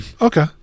Okay